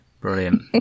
Brilliant